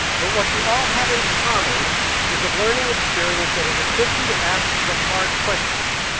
but what you all have in common is a learning experience that has equipped you to ask the hard questions,